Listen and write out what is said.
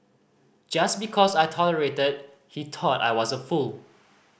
just because I tolerated he thought I was a fool